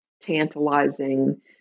tantalizing